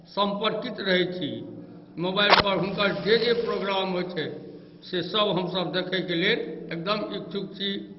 सम्पर्कित रहै छी मोबाइलपर हुनकर जे जे प्रोग्राम होइ छै सेसभ हमसभ देखैके लेल एकदम इच्छुक छी